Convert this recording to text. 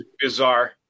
bizarre